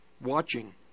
watching